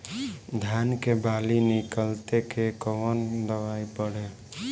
धान के बाली निकलते के कवन दवाई पढ़े?